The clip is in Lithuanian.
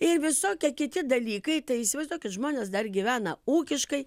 ir visokie kiti dalykai tai įsivaizduokit žmonės dar gyvena ūkiškai